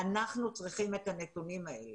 אנחנו צריכים את הנתונים האלה.